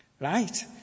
Right